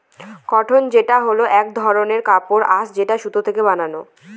cotton মানে হল এক ধরনের কাপড়ের আঁশ যেটা সুতো থেকে বানানো